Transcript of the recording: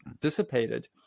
dissipated